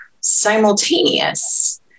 simultaneous